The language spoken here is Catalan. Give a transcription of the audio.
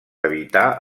evitar